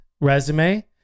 resume